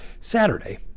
Saturday